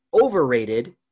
overrated